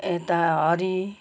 यता हरि